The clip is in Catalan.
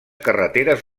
carreteres